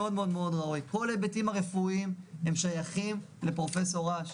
כל ההיבטים הרפואיים שייכים לפרופ' אש.